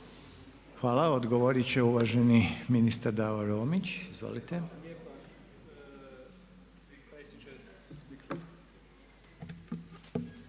Hvala. Odgovorit će uvaženi ministar, prof. Romić. Izvolite.